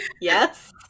yes